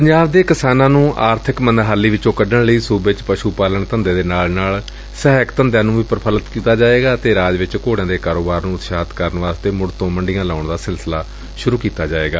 ਪੰਜਾਬ ਦੇ ਕਿਸਾਨਾਂ ਨੂੰ ਆਰਬਿਕ ਮੰਦਹਾਲੀ ਵਿੱਚੋ ਕੱਢਣ ਲਈ ਸੁਬੇ ਵਿੱਚ ਪਸ਼ ਪਾਲਣ ਧੰਦੇ ਦੇ ਨਾਲ ਨਾਲ ਸਹਾਇਕ ਧੰਦਿਆਂ ਨੂੰ ਵੀ ਪੂਫੁਲਤ ਕੀਤਾ ਜਾਵੇਗਾ ਅਤੇ ਰਾਜ ਵਿੱਚ ਘੋੜਿਆਂ ਦੇ ਕਾਰੋਬਾਰ ਨੂੰ ਉਤਸਾਹਿਤ ਕਰਨ ਲਈ ਮੁੜ ਤੋ ਮੰਡੀਆਂ ਲਗਾਉਣ ਦਾ ਸਿਲਸਿਲਾ ਸੁਰੁ ਕੀਤਾ ਜਾਵੇਗਾ